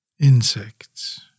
insects